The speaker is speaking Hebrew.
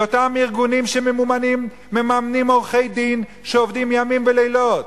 מאותם ארגונים שמממנים עורכי-דין שעובדים ימים ולילות.